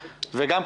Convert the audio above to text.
וגם,